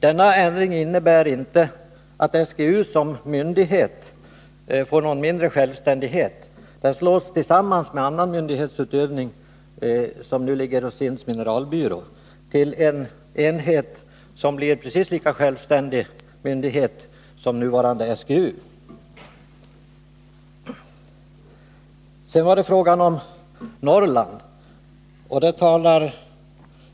Denna ändring innebär inte att SGU som myndighet får någon mindre självständighet. Den slås ihop med annan myndighetsutövning, som nu ligger hos SIND:s mineralbyrå, till en enhet som blir precis lika självständig som nuvarande SGU. Sedan var det fråga om Norrland.